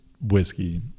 whiskey